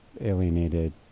alienated